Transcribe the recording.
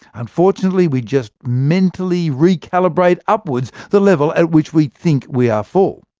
unfortunately, we just mentally recalibrate upwards the level at which we think we are full.